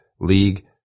league